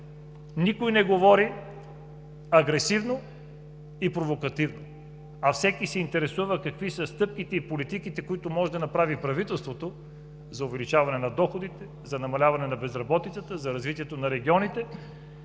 не говори агресивно и провокативно, а се интересува какви са стъпките и политиките, които може да направи правителството, за увеличаване на доходите, за намаляване на безработицата, за развитието на регионите,